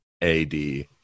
AD